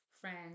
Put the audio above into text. friends